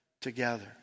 together